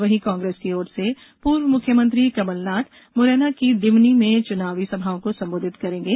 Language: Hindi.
वहीं कांग्रेस की ओर से पूर्व मुख्यमंत्री कमलनाथ मुरैना और दिमनी में चुनावी सभाओं को संबोधित करेंगे